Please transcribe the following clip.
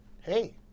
Hey